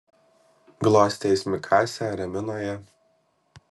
glostė jis mikasę ramino ją